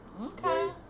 Okay